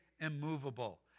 immovable